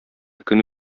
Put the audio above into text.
көн